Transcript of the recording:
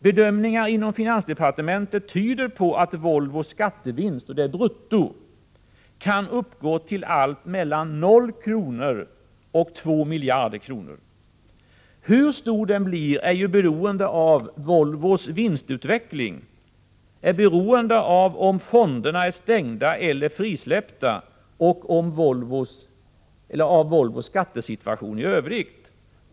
Bedömningarna inom finansdepartementet tyder på att Volvos skattevinst brutto kan uppgå till allt mellan 0 kr. och 2 miljarder kronor. Hur stor den blir beror på Volvos vinstutveckling, på om fonderna är stängda eller frisläppta och på Volvos skattesituation i övrigt.